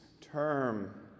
term